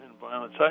violence